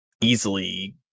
easily